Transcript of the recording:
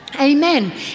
Amen